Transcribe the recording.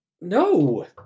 no